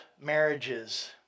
marriages